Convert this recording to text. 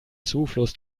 zufluss